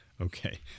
Okay